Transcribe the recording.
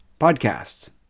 podcasts